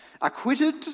acquitted